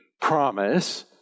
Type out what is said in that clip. promise